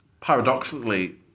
Paradoxically